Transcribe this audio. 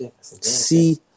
See